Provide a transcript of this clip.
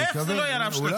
איך זה לא יהיה רב-שנתי?